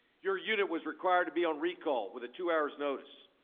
your unit was required to be on recall within two hours notice.